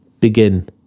begin